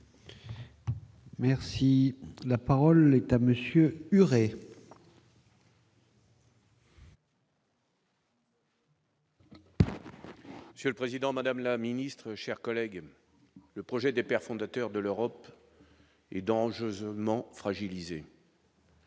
Merci, la parole est à monsieur Huré. Monsieur le Président, Madame la Ministre, chers collègues, le projet des pères fondateurs de l'Europe et d'enjeux au Mans fragilisé.